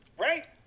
Right